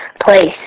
place